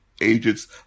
Agents